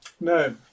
No